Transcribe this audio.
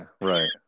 right